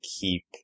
keep